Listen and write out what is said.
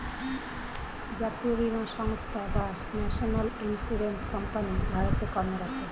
জাতীয় বীমা সংস্থা বা ন্যাশনাল ইন্স্যুরেন্স কোম্পানি ভারতে কর্মরত